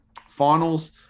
finals